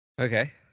Okay